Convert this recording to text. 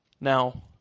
Now